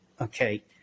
okay